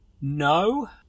no